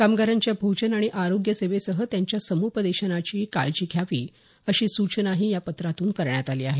कामगारांच्या भोजन आणि आरोग्य सेवेसह त्यांच्या सम्पदेशनाचीही काळजी घ्यावी अशी सूचनाही या पत्रातून करण्यात आली आहे